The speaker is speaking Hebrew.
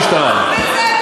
תפנה את השאלה למשטרה,